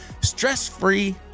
stress-free